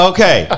Okay